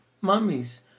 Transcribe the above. mummies